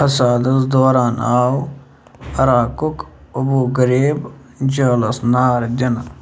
فسادس دوران آو عراقُک ابوٗ غریٖب جیلس نار دِنہٕ